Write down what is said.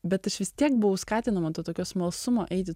bet aš vis tiek buvau skatinama to tokio smalsumo eiti